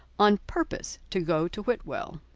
on purpose to go to whitwell.